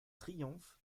triomphe